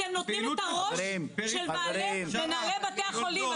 אתם נותנים את הראש של מנהלי בתי החולים,